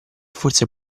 forse